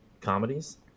comedies